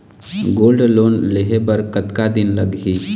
Gold loan लेहे बर कतका दिन लगही?